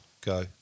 Go